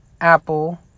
Apple